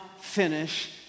finish